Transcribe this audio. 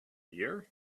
year